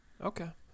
Okay